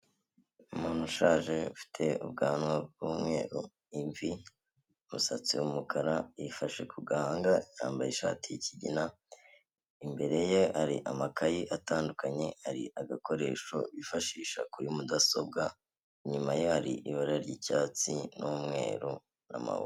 Umuntu ushaje ufite ubwanwa bw'umweru imvi umusatsi w'umukara yifashe kugahanga yambaye ishati y'ikigina, imbere ye hari amakayi atandukanye hari agakoresho yifashisha kuri mudasobwa inyuma ye hari ibara ry'icyatsi n'umweru n'amabu.